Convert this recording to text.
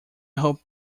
hope